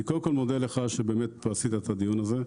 אני קודם כל מודה לך שעשית את הדיון הזה,